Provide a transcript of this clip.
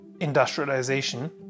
industrialization